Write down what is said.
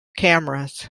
cameras